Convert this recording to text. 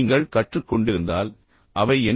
நீங்கள் கற்றுக்கொண்டிருந்தால் அவை என்ன